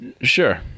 Sure